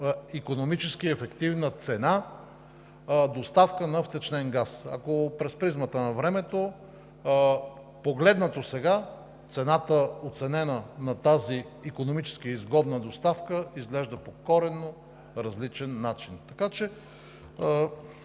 икономическа и ефективна цена доставка на втечнен газ, ако през призмата на времето, погледнато сега, цената, оценена на тази икономически изгодна доставка, изглежда по коренно различен начин? Така че